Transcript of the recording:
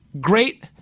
great